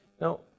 Now